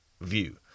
view